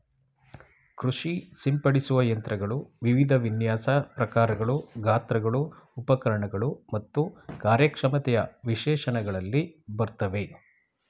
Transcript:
ಕೃಷಿ ಸಿಂಪಡಿಸುವ ಯಂತ್ರಗಳು ವಿವಿಧ ವಿನ್ಯಾಸ ಪ್ರಕಾರಗಳು ಗಾತ್ರಗಳು ಉಪಕರಣಗಳು ಮತ್ತು ಕಾರ್ಯಕ್ಷಮತೆಯ ವಿಶೇಷಣಗಳಲ್ಲಿ ಬರ್ತವೆ